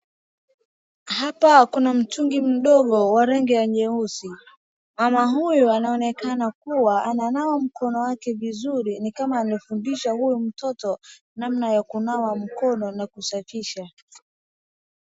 Hapa kuna mtungi mdogo wa rangi ya nyeusi. Mama huyu anaonekana kuwa ananawa mkono wake vizuri ni kama anafundisha huyu mtoto namna ya kunawa mkono na kusafisha.